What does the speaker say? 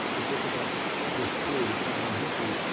a book about this period of time in history